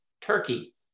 Turkey